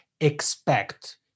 expect